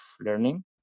learning